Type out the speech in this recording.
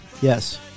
Yes